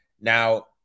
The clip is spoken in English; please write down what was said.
Now